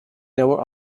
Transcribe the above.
never